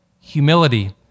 humility